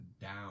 down